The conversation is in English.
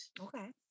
Okay